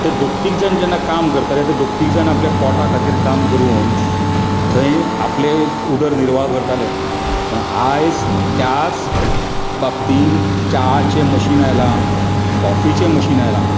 ते दोग तीग जाण जेन्ना काम करताले ते दोग तीग जाण आपले पोटा खातीर काम करून थंय आपले उदर निर्वाह करताले पूण आयज त्याच बाबतींत च्याचें मशीन आयलां कॉफीचें मशीन आयलां